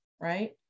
right